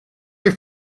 your